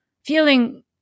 feeling